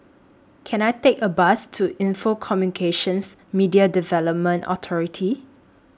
Can I Take A Bus to Lnfo Communications Media Development Authority